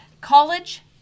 College